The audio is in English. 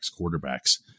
quarterbacks